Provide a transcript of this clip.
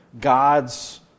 God's